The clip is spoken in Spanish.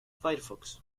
firefox